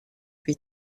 huit